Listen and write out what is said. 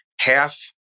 half